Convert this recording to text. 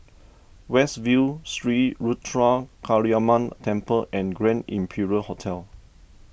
West View Sri Ruthra Kaliamman Temple and Grand Imperial Hotel